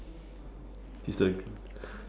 she's the